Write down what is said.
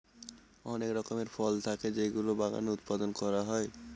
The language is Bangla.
অনেক রকমের ফল থাকে যেগুলো বাগানে উৎপাদন করা হয়